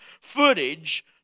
footage